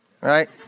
right